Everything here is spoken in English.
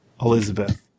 Elizabeth